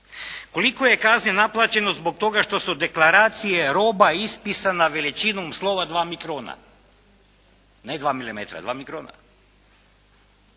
Koliko je kazni naplaćeno zbog toga što su deklaracije roba ispisana veličinom slova dva mikrona? Ne dva milimetra nego dva mikrona.